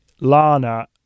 Lana